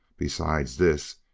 besides this,